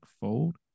fold